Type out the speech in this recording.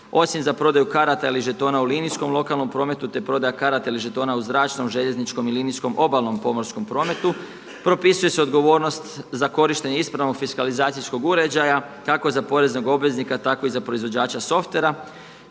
osim za prodaju karata ili žetona u linijskom lokalnom prometu te prodaja karata ili žetona u zračnom, željezničkom i linijskom obalnom pomorskom prometu. Propisuje se odgovornost za korištenje ispravnog fiskalizacijskog uređaja kako za poreznog obveznika tako i za proizvođača softvera